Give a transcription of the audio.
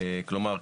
כלומר,